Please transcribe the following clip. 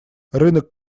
рынок